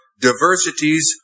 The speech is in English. diversities